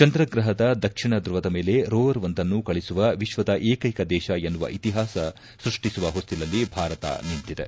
ಚಂದ್ರ ಗ್ರಹದ ದಕ್ಷಿಣ ಧುವದ ಮೇಲೆ ರೋವರ್ ಒಂದನ್ನು ಕಳಿಸುವ ವಿಶ್ವದ ಏಕೈಕ ದೇಶ ಎನ್ನುವ ಇತಿಹಾಸ ಸೃಷ್ಟಿಸುವ ಹೊಸ್ತಿಲಲ್ಲಿ ಭಾರತ ನಿಂತಿದೆ